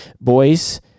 boys